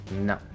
No